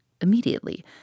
Immediately